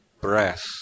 breath